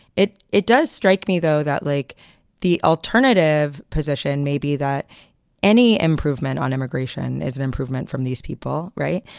it it does strike me, though, that like the alternative position may be that any improvement on immigration is an improvement from these people. right.